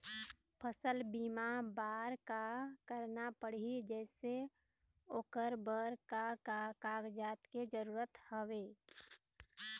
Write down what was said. फसल बीमा बार का करना पड़ही जैसे ओकर बर का का कागजात के जरूरत हवे?